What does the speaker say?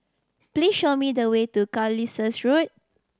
please show me the way to Carlisle Road